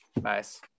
Nice